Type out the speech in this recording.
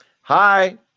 Hi